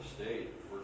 state